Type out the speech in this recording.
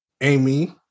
Amy